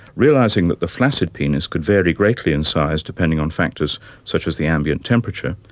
realising that the flaccid penis could vary greatly in size depending on factors such as the ambient temperature,